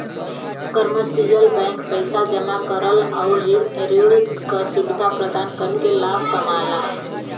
commercial bank पैसा जमा करल आउर ऋण क सुविधा प्रदान करके लाभ कमाला